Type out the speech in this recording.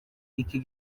iki